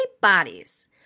bodies